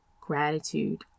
gratitude